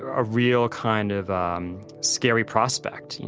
a real kind of scary prospect.